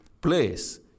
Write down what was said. place